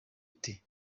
ati